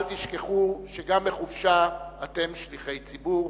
אל תשכחו שגם בחופשה אתם שליחי ציבור.